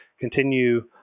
continue